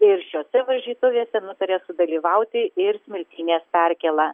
ir šiose varžytuvėse nutarė sudalyvauti ir smiltynės perkėla